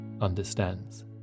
understands